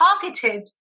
targeted